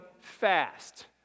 fast